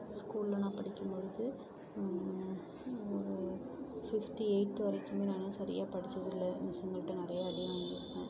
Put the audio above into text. ஸ்கூல்ல நான் படிக்கம்பொழுது ஒரு ஃபிஃப்த் எயித்து வரைக்குமே நான் ஆனால் சரியாக படிச்சதில்லை மிஸ்ஸுங்கள்ட்ட நிறைய அடி வாங்கியிருக்கேன்